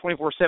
24-7